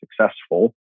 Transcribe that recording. successful